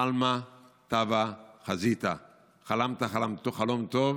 חלמא טבא חזית, חלמת חלום טוב.